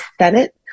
Senate